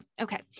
okay